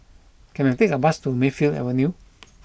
can I take a bus to Mayfield Avenue